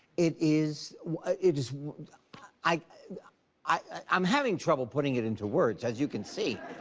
it is it is i i am having trouble putting it into words, as you can see.